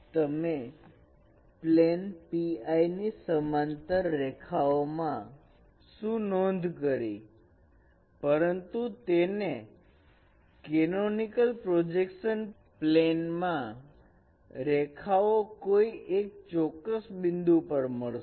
તમે plane pi ની સમાંતર રેખાઓ માં શું નોંધ કરી પરંતુ તેનો કેનોનિકલ પ્રોજેક્શન પ્લેન માં રેખાઓ કોઈ એક ચોક્કસ બિંદુ પર મળશે